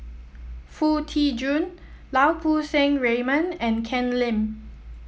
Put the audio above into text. Foo Tee Jun Lau Poo Seng Raymond and Ken Lim